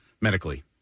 medically